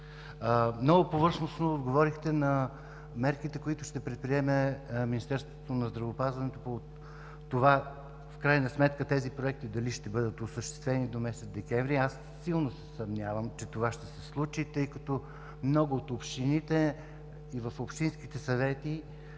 Много повърхностно отговорихте за мерките, които ще предприеме Министерството на здравеопазването, дали тези проекти в крайна сметка ще бъдат осъществени до месец декември. Силно се съмнявам, че това ще се случи, тъй като в много от общините и в общинските съвети